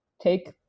take